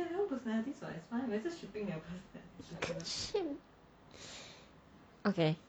you can't ship okay